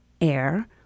air